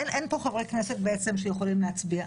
אין פה חברי כנסת שיכולים להצביע,